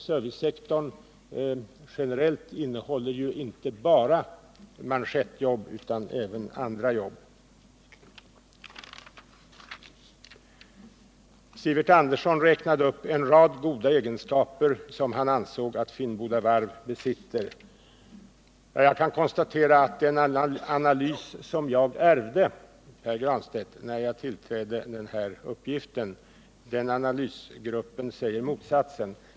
Servicesektorn generellt innehåller ju inte bara manschettjobb utan även andra arbetsuppgifter. Sivert Andersson räknade upp en rad goda egenskaper som han ansåg att Finnboda varv besitter. Jag kan också konstatera att det var en annan analys som jag ärvde, Pär Granstedt, när jag tillträdde den här uppgiften. Den analysgruppen säger motsatsen.